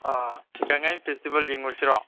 ꯑꯪ Gaan-Ngai festival ꯌꯦꯡꯉꯨꯁꯤꯔꯣ